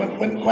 when